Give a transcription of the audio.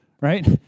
right